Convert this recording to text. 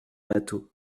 batho